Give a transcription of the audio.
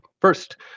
first